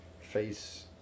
face